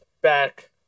back